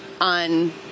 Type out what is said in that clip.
on